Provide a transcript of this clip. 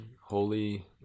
holy